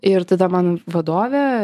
ir tada man vadovė